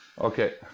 Okay